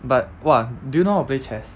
but !wah! do you know how to play chess